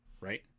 right